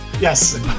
Yes